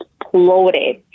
exploded